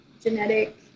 genetic